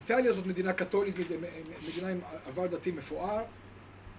איטליה זאת מדינה קתולית, מדינה עם עבר דתי מפואר